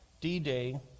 D-Day